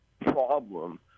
problem